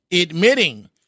admitting